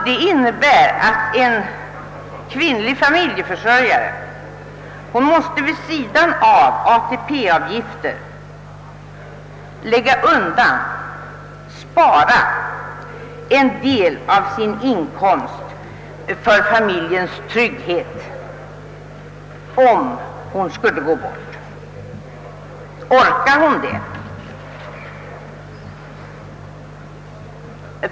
Det innebär att en kvinnlig familjeförsörjare vid sidan av ATP-avgifterna måste spara en del av sin inkomst för familjens trygghet för den händelse hon skulle gå bort. Orkar hon det?